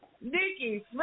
Nikki